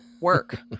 work